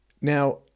Now